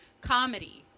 comedy